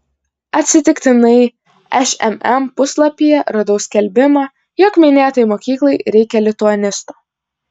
atsitiktinai šmm puslapyje radau skelbimą jog minėtai mokyklai reikia lituanisto